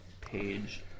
page